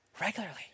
regularly